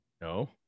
No